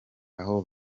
aho